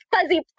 fuzzy